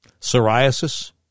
psoriasis